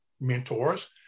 mentors